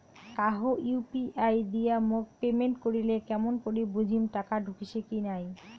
কাহো ইউ.পি.আই দিয়া মোক পেমেন্ট করিলে কেমন করি বুঝিম টাকা ঢুকিসে কি নাই?